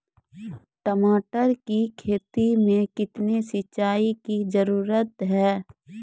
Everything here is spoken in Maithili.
टमाटर की खेती मे कितने सिंचाई की जरूरत हैं?